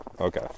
Okay